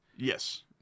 yes